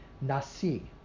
nasi